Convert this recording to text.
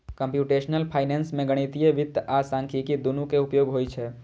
computational finance मे गणितीय वित्त आ सांख्यिकी, दुनू के उपयोग होइ छै